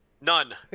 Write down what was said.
none